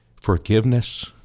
forgiveness